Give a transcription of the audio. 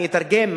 אני אתרגם: